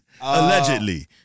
Allegedly